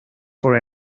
for